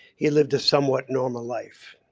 he lived a somewhat normal life.